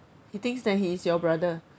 he thinks that he is your brother